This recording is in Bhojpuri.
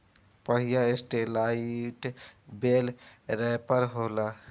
पहिला सेटेलाईट बेल रैपर होला